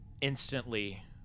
instantly